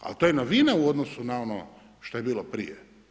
A to je novina u odnosu na ovo što je bilo prije.